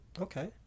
Okay